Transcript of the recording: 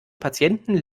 patienten